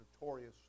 notorious